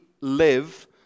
live